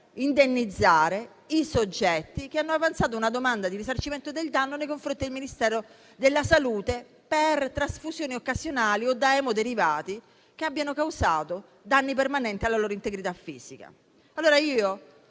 indennizzare i soggetti che hanno avanzato una domanda di risarcimento del danno nei confronti del Ministero della salute per trasfusioni occasionali o per danni permanenti alla loro integrità fisica